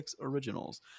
originals